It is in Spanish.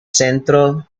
centro